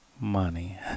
money